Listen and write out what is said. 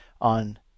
on